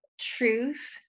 truth